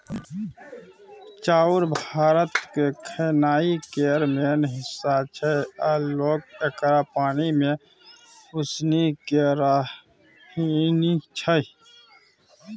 चाउर भारतक खेनाइ केर मेन हिस्सा छै आ लोक एकरा पानि मे उसनि केँ रान्हय छै